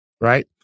right